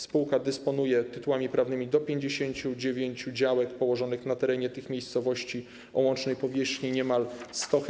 Spółka dysponuje tytułami prawnymi do 59 działek położonych na terenie tych miejscowości o łącznej powierzchni niemal 100 ha.